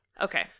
Okay